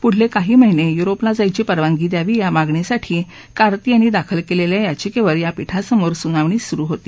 पुढले काही महिने युरोपला जायची परवानगी द्यावी या मागणीसाठी कार्ती यांनी दाखल केलेल्या याचिकेवर या पीठासमोर सुनावणी सुरू होती